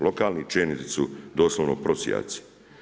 Lokalni čelnici su doslovno prosjaci.